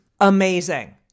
amazing